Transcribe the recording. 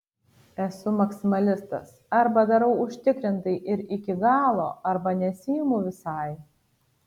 esu maksimalistas arba darau užtikrintai ir iki galo arba nesiimu visai